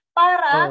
para